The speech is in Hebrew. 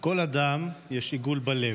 "לכל אדם יש עיגול בלב,